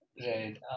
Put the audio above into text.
Right